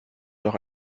noch